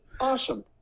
Awesome